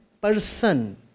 person